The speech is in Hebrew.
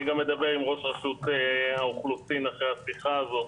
אני גם אדבר עם ראש רשות האוכלוסין אחרי השיחה הזאת,